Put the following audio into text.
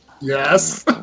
Yes